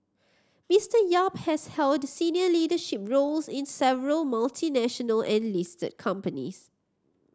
Mister Yap has held senior leadership roles in several multinational and listed companies